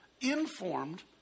informed